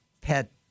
pet